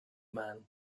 man